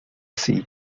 así